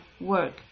work